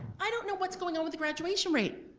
i don't know what's going on with the graduation rate!